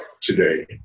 today